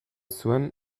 zuen